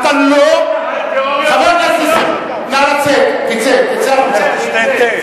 חבר הכנסת נסים זאב,